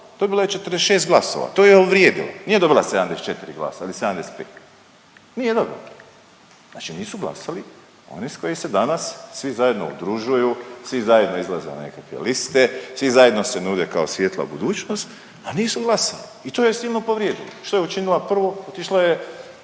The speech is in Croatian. dobila je 46 glasova, to ju je uvrijedilo, nije dobila 74 glasa ili 75. Nije dobila. Znači nisu glasali oni s koji se danas svi zajedno udružuju, svi zajedno izlaze na nekakve liste, svi zajedno se nude kao svjetla budućnost, a nisu glasali i to ju se silno povrijedilo. I što je učinila prvo? Otišla je